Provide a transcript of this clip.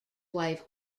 wife